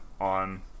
on